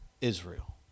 Israel